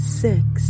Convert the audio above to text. six